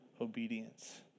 obedience